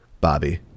Bobby